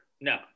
no